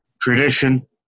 tradition